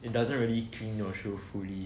it doesn't really clean your shoe fully